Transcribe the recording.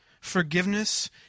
forgiveness